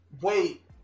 Wait